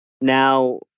now